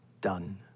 done